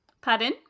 Pardon